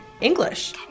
English